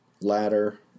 ladder